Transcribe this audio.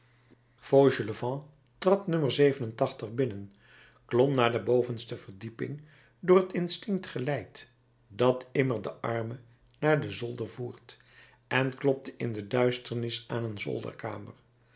fauchelevent trad no binnen klom naar de bovenste verdieping door het instinct geleid dat immer den arme naar den zolder voert en klopte in de duisternis aan een zolderkamer